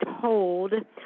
told